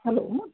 hello